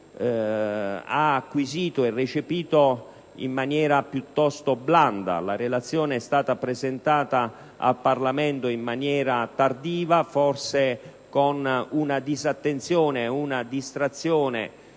dal ministro Tremonti in maniera piuttosto blanda: la relazione è stata presentata al Parlamento in maniera tardiva e forse c'è stata disattenzione e distrazione